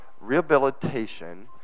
Rehabilitation